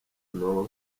know